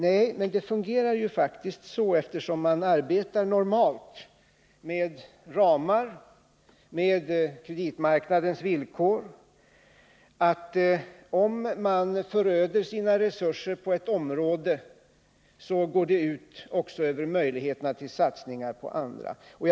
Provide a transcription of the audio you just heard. Nej, men det fungerar faktiskt så, eftersom man normalt arbetar med ramar på kreditmarknadens villkor, att om man för över resurserna till ett område går det ut över möjligheterna till satsningar på andra områden.